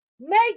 make